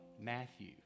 Matthew